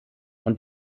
und